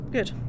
Good